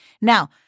Now